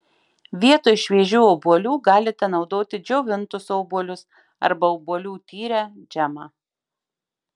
vietoj šviežių obuolių galite naudoti džiovintus obuolius arba obuolių tyrę džemą